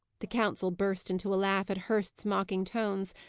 the council burst into a laugh at hurst's mocking tones,